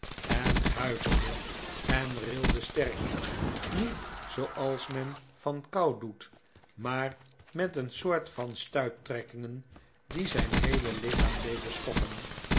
en huiverde en rilde sterk niet zooals men van kou doet maar met een soort van stuiptrekkingen die zijn heele lichaam deden schokken